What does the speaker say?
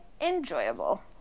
enjoyable